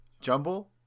Jumble